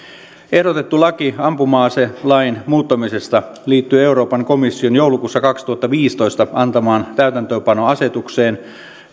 ehdotettu laki ampuma aselain muuttamisesta liittyy euroopan komission joulukuussa kaksituhattaviisitoista antamaan täytäntöönpanoasetukseen